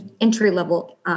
entry-level